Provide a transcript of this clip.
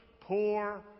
poor